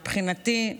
מבחינתי,